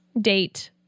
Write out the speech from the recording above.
date